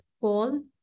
call